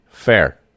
fair